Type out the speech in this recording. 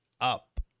up